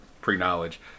pre-knowledge